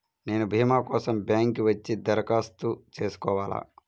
నేను భీమా కోసం బ్యాంక్కి వచ్చి దరఖాస్తు చేసుకోవాలా?